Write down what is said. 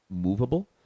movable